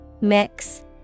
Mix